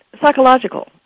psychological